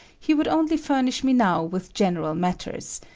he would only furnish me now with general matters,